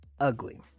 ugly